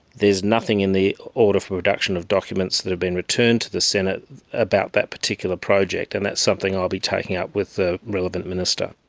there is nothing in the order for production of documents that have been returned to the senate about that particular project, and that's something i'll be taking up with the relevant minister.